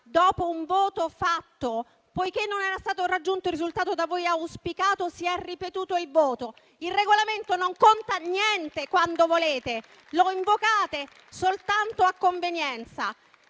dopo un voto fatto, poiché non era stato raggiunto il risultato da voi auspicato, si è ripetuto il voto. Il Regolamento non conta niente, quando volete; lo invocate soltanto a convenienza.